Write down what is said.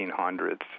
1800s